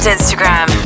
Instagram